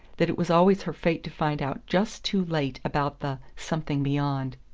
that it was always her fate to find out just too late about the something beyond.